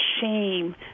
shame